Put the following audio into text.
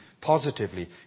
positively